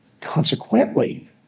Consequently